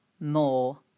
more